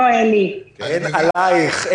אין עליך....